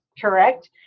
Correct